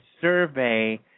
survey